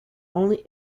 only